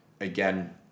again